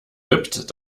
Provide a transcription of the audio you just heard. wippt